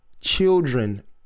children